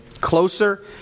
Closer